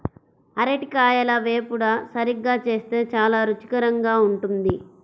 అరటికాయల వేపుడు సరిగ్గా చేస్తే చాలా రుచికరంగా ఉంటుంది